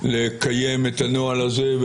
לקיים את הנוהל הזה?